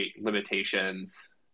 limitations